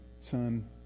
son